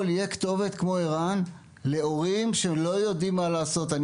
ניהלתי את המרפאה בגהה הלוואי שהיינו מתקרבים בכלל לעשות את